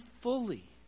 fully